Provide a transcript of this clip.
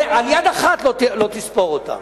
על יד אחת לא תספור אותן.